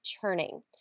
churning